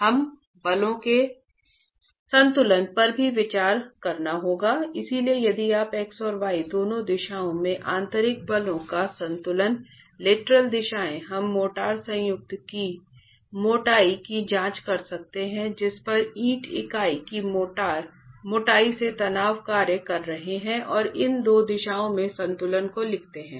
हमें बलों के संतुलन पर भी विचार करना होगा इसलिए यदि आप x और y दोनों दिशाओं में आंतरिक बलों का संतुलन लेटरल दिशाएं हम मोर्टार संयुक्त की मोटाई की जांच कर सकते हैं जिस पर ईंट इकाई की मोटाई ये तनाव कार्य कर रहे हैं और इन दो दिशाओं में संतुलन को लिखते हैं